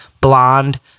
Blonde